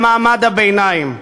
במעמד הביניים.